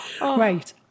Right